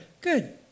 good